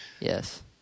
Yes